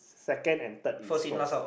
second and third is first